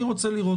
אני רוצה לראות.